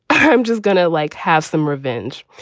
i'm just going to like has them revenge.